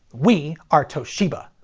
we are toshiba!